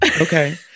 okay